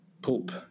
Pulp